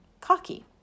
cocky